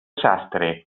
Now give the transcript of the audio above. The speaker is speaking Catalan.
sastre